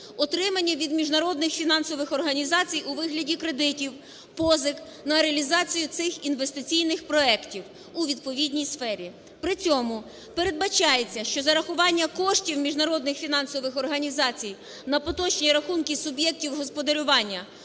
Отримані від міжнародних фінансових організацій у вигляді кредитів, позик, на реалізацію цих інвестиційних проектів у відповідній сфері. При цьому передбачається, що зарахування коштів міжнародних фінансових організацій на поточні рахунки суб'єктів господарювання